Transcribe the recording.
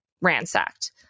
ransacked